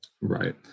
Right